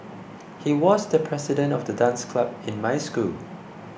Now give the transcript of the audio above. he was the president of the dance club in my school